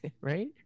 right